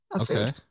Okay